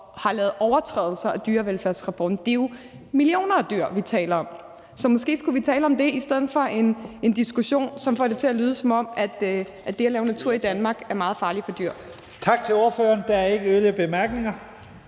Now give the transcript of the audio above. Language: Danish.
overtrædes dyrevelfærdsreglerne. Det er jo millioner af dyr, vi taler om. Så måske skulle vi tale om det i stedet for at tage en diskussion, som får det til at lyde, som om det at lave natur i Danmark er meget farligt for dyr. Kl. 17:09 Første næstformand (Leif Lahn